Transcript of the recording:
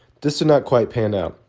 this did not quite pan out,